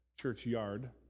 churchyard